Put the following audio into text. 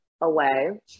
away